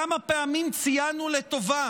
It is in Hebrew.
כמה פעמים ציינו לטובה